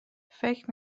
فکر